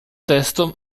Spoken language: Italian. testo